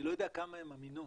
יודע כמה הן אמינות,